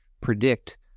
predict